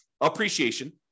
Appreciation